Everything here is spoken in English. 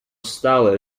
style